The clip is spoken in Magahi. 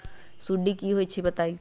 सुडी क होई छई बताई?